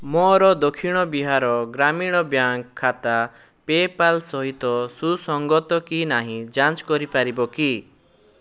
ମୋର ଦକ୍ଷିଣ ବିହାର ଗ୍ରାମୀଣ ବ୍ୟାଙ୍କ୍ ଖାତା ପେ'ପାଲ୍ ସହିତ ସୁସଙ୍ଗତ କି ନାହିଁ ଯାଞ୍ଚ୍ କରିପାରିବ କି